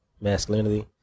masculinity